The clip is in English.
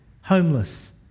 homeless